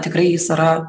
tikrai jis yra